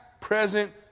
present